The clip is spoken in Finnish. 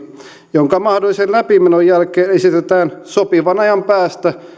jonka mahdollisen läpimenon jälkeen esitetään sopivan ajan päästä